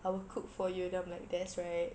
I will cook for you then I'm like that's right